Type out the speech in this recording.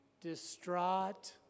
distraught